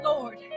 Lord